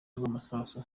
rw’amasasu